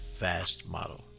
fastmodel